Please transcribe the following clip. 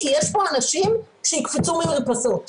כי יש פה אנשים שיקפצו ממרפסות.